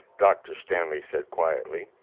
dr. stanley said quietly.